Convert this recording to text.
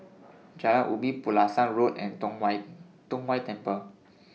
Jalan Ubi Pulasan Road and Tong Whye Tong Whye Temple